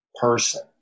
person